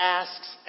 asks